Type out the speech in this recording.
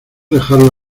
dejarlo